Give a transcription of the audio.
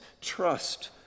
trust